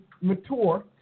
mature